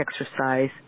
exercise